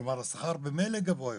כלומר, השכר ממילא גבוה יותר.